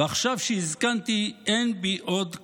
ועכשיו שהזקנתי אין בי עוד כוח,